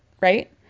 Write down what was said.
right